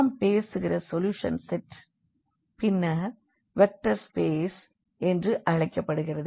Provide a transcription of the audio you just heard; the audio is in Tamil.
நாம் பேசுகிற சொல்யூஷன் செட் பின்னர் வெக்டர் ஸ்பேஸ் என்று அழைக்கப்படுகிறது